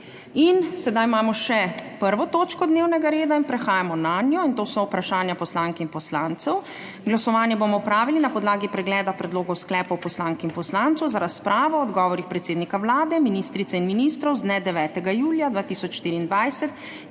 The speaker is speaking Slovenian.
In sedaj imamo še 1. točko dnevnega reda in prehajamo nanjo, in to so Vprašanja poslank in poslancev. Glasovanje bomo opravili na podlagi pregleda predlogov sklepov poslank in poslancev za razpravo o odgovorih predsednika Vlade, ministric in ministrov z dne 9. julija 2024,